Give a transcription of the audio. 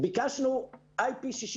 ביקשנו אל.פי.66